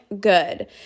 good